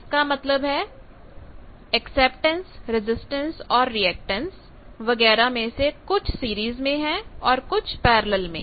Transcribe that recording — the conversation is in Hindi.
इसका मतलब है एक्सेप्टेंस रेजिस्टेंस और रिएक्टेंस वगैरह में से कुछ सीरीज में है और कुछ पैरेलल में